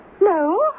No